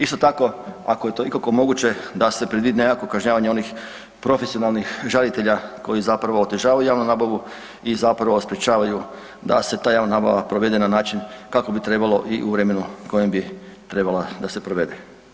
Isto tako ako je to ikako moguće da se predvidi nekakvo kažnjavanje onih profesionalnih žalitelja koji zapravo otežavaju javnu nabavu i sprečavaju da se ta javna nabava provede na način kako bi trebalo i u vremenu u kojem bi trebala da se provede.